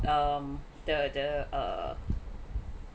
um the the err